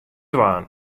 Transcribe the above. dwaan